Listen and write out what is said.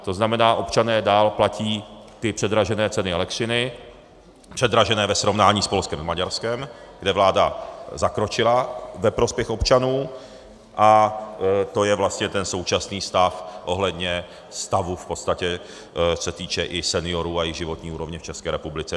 To znamená, občané dál platí ty předražené ceny elektřiny, předražené ve srovnání s Polskem a Maďarskem, kde vláda zakročila ve prospěch občanů, a to je vlastně ten současný stav ohledně stavu v podstatě, co se týče i seniorů a i životní úrovně v České republice.